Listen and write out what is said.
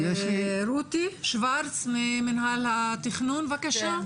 רותי שוורץ, ממינהל התכנון, בבקשה.